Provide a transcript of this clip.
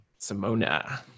Simona